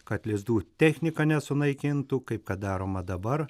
kad lizdų technika nesunaikintų kaip kad daroma dabar